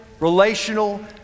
relational